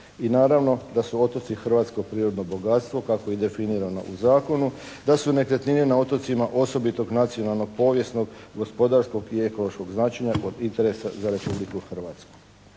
I naravno da su otoci hrvatsko prirodno bogatstvo, kako je definirano u zakonu, da su nekretnine na otocima osobitog nacionalnog, povijesnog, gospodarskog i ekološkog značenja od interesa za Republiku Hrvatsku.